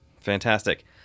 Fantastic